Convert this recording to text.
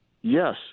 Yes